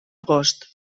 agost